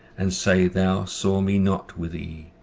and say thou saw me not with ee